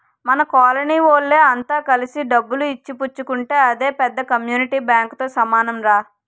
మన కోలనీ వోళ్ళె అంత కలిసి డబ్బులు ఇచ్చి పుచ్చుకుంటే అదే పెద్ద కమ్యూనిటీ బాంకుతో సమానంరా